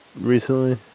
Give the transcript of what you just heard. recently